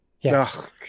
yes